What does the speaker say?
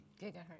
gigahertz